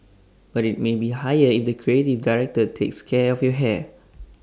but IT may be higher if the creative director takes care of your hair